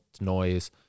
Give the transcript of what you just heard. noise